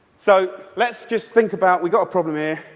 so, let's just think about, we got a problem here,